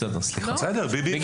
בסדר, ביבי הבטיח.